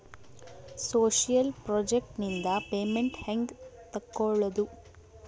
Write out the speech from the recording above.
Social project ನಿಂದ payment ಹೆಂಗೆ ತಕ್ಕೊಳ್ಳದು?